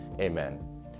amen